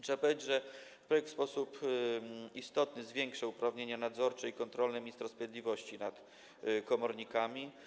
Trzeba powiedzieć, że projekt w sposób istotny zwiększa uprawnienia nadzorcze i kontrolne ministra sprawiedliwości nad komornikami.